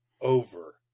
over